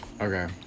Okay